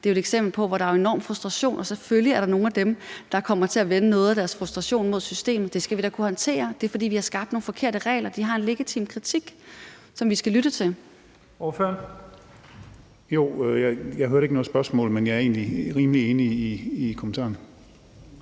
Det er jo et eksempel, hvor der er enorm frustration, og selvfølgelig er der nogle af dem, der kommer til at vende noget af deres frustration mod systemet. Det skal vi da kunne håndtere. Det er, fordi vi har skabt nogle forkerte regler; de har en legitim kritik, som vi skal lytte til. Kl. 16:45 Første næstformand (Leif Lahn Jensen): Ordføreren.